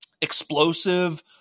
explosive